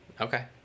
okay